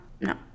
no